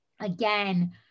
again